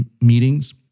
meetings